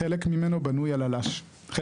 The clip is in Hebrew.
חלק ממנו בנוי על אל"ש (אוריינות בלמידה שיתופית).